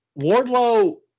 Wardlow